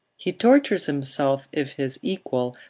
he tortures himself if his equal,